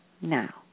Now